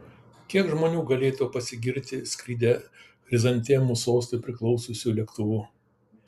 kiek žmonių galėtų pasigirti skridę chrizantemų sostui priklausiusiu lėktuvu